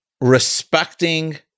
respecting